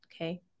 Okay